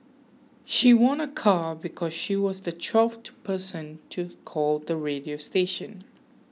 she won a car because she was the twelfth person to call the radio station